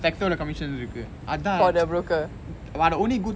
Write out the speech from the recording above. sacso commission இருக்கு அதான்:irukku athaan !wah! the only good